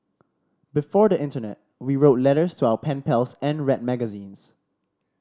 before the internet we wrote letters to our pen pals and read magazines